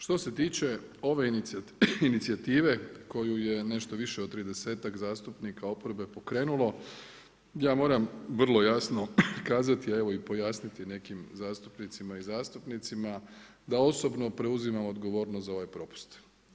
Što se tiče ove inicijative koju je nešto više od 30-tak zastupnika oporbe pokrenulo, ja moram vrlo jasno kazati, a evo i pojasniti nekim zastupnicama i zastupnicima da osobno preuzimam odgovornost za ovaj propust.